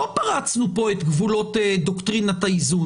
לא פרתנו פה את גבולות דוקטרינת האיזון.